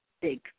big